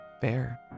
fair